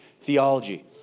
theology